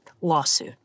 lawsuit